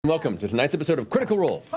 welcome to tonight's episode of critical role,